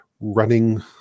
running